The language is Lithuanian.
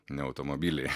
ne automobiliai